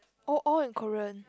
oh all in Korean